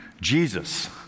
Jesus